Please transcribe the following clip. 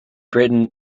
britain